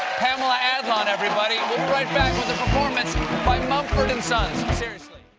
pamela adlon, everybody. we'll be right back with a performance by mumford and sons, seriously.